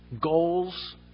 Goals